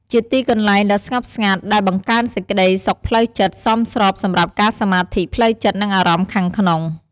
ជាទីកន្លែងដ៏ស្ងប់ស្ងាត់ ដែលបង្កើនសេចក្ដីសុខផ្លូវចិត្ត សមស្របសម្រាប់ការសមាធិ ផ្លូវចិត្ត និងអារម្មណ៍ខាងក្នុង។